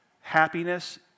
Happiness